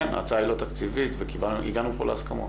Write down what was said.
כן, ההצעה היא לא תקציבית, הגענו פה להסכמות.